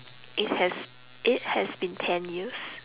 it has it has been ten years